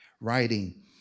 writing